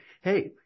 hey